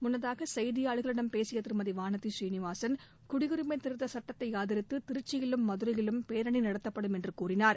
முன்னதாக செய்தியாளர்களிடம் பேசிய திருமதி வானதி சீனிவாசன் குடியுரிமை திருத்த சட்டத்தை ஆதரித்து திருச்சியிலும் மதுரையிலும் பேரணி நடத்தப்படும் என்று கூறினார்